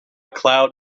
cloud